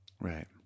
Right